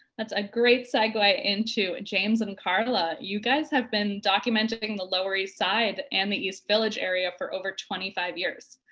that's a great segue into james and karla. you guys have been documenting in the lower east side and the east village area for over twenty five years.